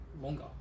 longer